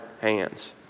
hands